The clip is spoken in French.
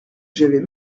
j’avais